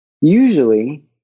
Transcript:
Usually